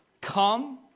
come